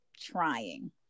trying